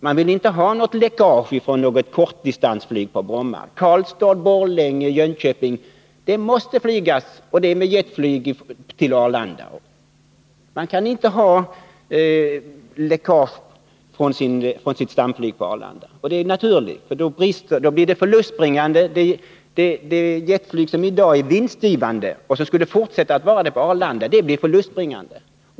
Man vill inte ha ett läckage från något kortdistansflyg på Bromma: Karlstad, Borlänge, Jönköping måste trafikeras med jetflyg från Arlanda. Man kan inte ha läckage från sitt stamflyg på Arlanda. Det är naturligt — det jetflyg som i dag är vinstgivande och som skulle fortsätta att vara det på Arlanda blir då förlustbringande.